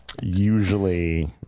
Usually